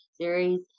series